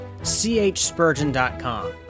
chspurgeon.com